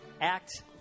act